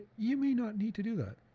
you may not need to do that.